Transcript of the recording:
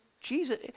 Jesus